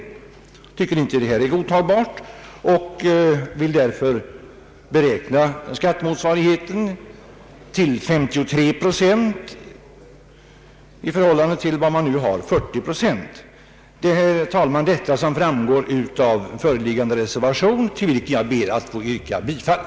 Vi tycker inte att det är godtagbart och vill därför beräkna skattemotsvarigheten till 53 procent, jämfört med nuvarande 40 procent. Herr talman! Vår inställning framgår av föreliggande reservation, till vilken jag ber att få yrka bifall.